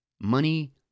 Money